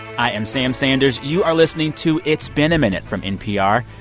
i am sam sanders. you are listening to it's been a minute from npr.